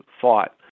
fought